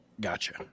Gotcha